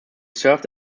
served